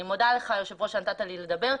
אני מודה לך היושב ראש שנתת לי לדבר,